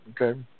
okay